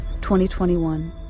2021